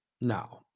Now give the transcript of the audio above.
No